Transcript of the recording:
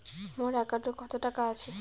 মোর একাউন্টত কত টাকা আছে?